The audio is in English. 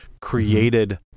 created